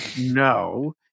No